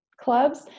clubs